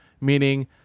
meaning